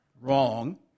Wrong